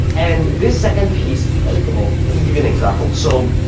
and this second piece, clickable, let me give you an example. so,